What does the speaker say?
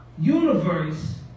universe